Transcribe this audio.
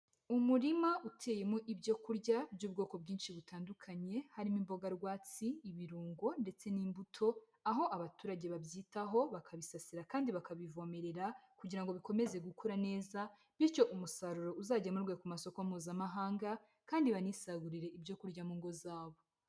Umurima uteyemo ibyo kurya by'ubwoko bwinshi butandukanye, harimo imboga rwatsi, ibirungo ndetse n'imbuto, aho abaturage babyitaho bakabisasira kandi bakabivomerera kugira ngo bikomeze gukura neza bityo umusaruro uzagemurwe ku masoko Mpuzamahanga kandi banisagurire ibyo kurya mu ngo zabo.